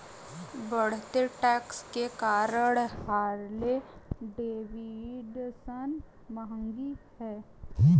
बढ़ते टैक्स के कारण हार्ले डेविडसन महंगी हैं